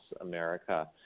America